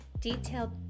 detailed